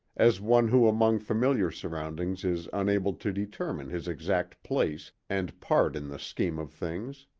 as one who among familiar surroundings is unable to determine his exact place and part in the scheme of things.